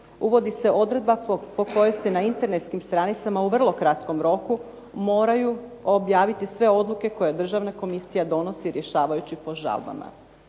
uvodi se odredba po kojoj se na internetskim stranicama u vrlo kratkom roku moraju objaviti sve odluke koje Državna komisija donosi rješavajući po žalbama.